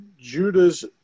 Judah's